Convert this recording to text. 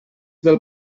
del